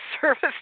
service